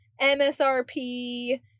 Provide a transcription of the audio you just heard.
MSRP